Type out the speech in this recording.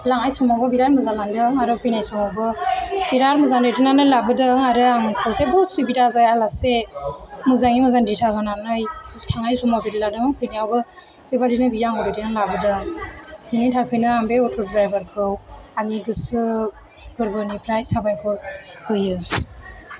लांनाय समावबो बिराद मोजां लांदों आरो फैनाय समावबो बिराद मोजां दैखोनानै लाबोदों आरो आं जेब्बो उसुबिदा जाया लासे मोजाङै मोजां दिथा होनानै थांनाय समाव जेबादि लांदों फैनायावबो बेबायदिनो बियो आंखौ दैखांनानै लाबोदों बेनि थाखायनो आं बे अट' द्रायबार खौ आंनि गोसो गोरबोनिफ्राय साबायखर होयो